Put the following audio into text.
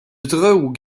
drog